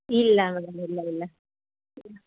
ಇಲ್ಲ ಮೇಡಮ್ ಇಲ್ಲ ಇಲ್ಲ